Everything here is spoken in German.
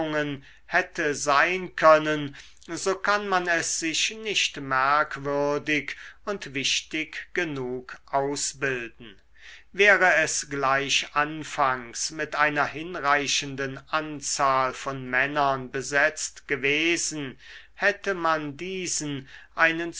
hätte sein können so kann man es sich nicht merkwürdig und wichtig genug ausbilden wäre es gleich anfangs mit einer hinreichenden anzahl von männern besetzt gewesen hätte man diesen einen